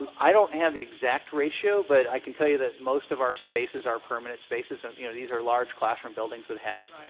um i don't have the exact ratio, but i can tell you that most of your spaces are permanent spaces. and you know, these are large classroom buildings that have